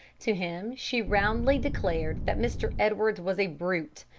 to him she roundly declared that mr. edwards was a brute,